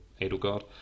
Edelgard